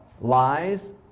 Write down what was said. lies